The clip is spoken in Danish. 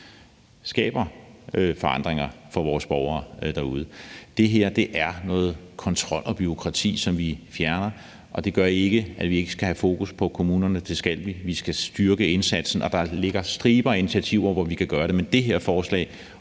skaber forandringer for vores borgere derude. Det her er noget kontrol og bureaukrati, som vi fjerner, og det gør ikke, at vi ikke skal have fokus på kommunerne. Det skal vi. Vi skal styrke indsatsen, og der ligger striber af initiativer til at gøre det. Men det her forslag